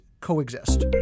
coexist